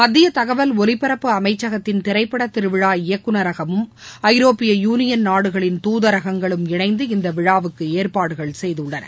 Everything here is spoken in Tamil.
மத்திய தகவல் ஒலிபரப்பு அமைச்சகத்தின் திரைப்பட திருவிழா இயக்குனரகமும் ஐரோப்பிய யூனியன் நாடுகளின் தூதரகங்களும் இணைந்து இந்த விழாவுக்கு ஏற்பாடுகள் செய்துள்ளன